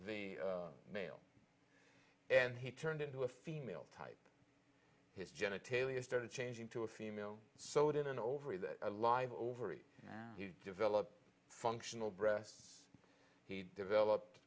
the male and he turned into a female type his genitalia started changing to a female so it in and over that live ovary he developed functional breasts he developed